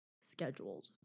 scheduled